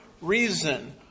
reason